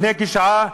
לפני שעה,